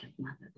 Mother